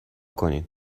کنین